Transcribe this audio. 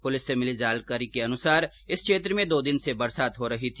police से मिली जानकारी के अनुसार इस क्षेत्र में दो दिन से बरसात हो रही है